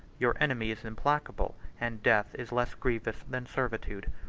your enemy is implacable and death is less grievous than servitude.